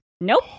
Nope